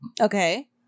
Okay